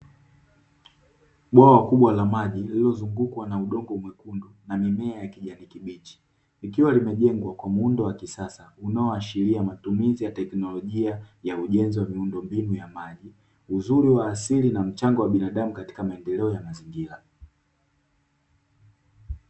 Bwawa kubwa la maji, lililozungukwa na udongo mwekundu na mimea ya kijani kibichi, likiwa limejengwa kwa muundo wa kisasa unaoashiria matumizi ya teknolojia ya ujenzi wa miundo mbinu ya maji, uzuri wa asili na mchango wa binadamu katika maendeleo ya mazingira.